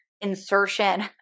insertion